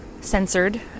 censored